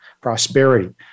prosperity